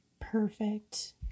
Perfect